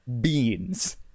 beans